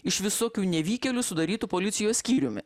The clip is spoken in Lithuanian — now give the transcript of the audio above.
iš visokių nevykėlių sudarytu policijos skyriumi